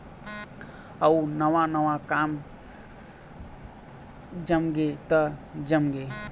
अउ नवा नवा काम जमगे त जमगे